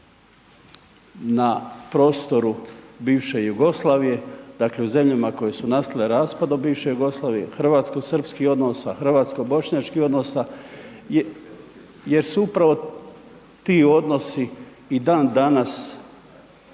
na prostoru bivše Jugoslavije, dakle u zemljama koje su nastale raspadom bivše Jugoslavije, hrvatsko-srpskih odnosa, hrvatsko-bošnjačkih odnosa jer su upravo ti odnosi i dan danas